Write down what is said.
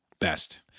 Best